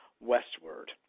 westward